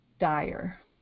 dire